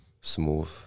smooth